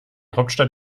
hauptstadt